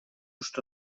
что